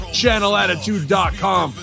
channelattitude.com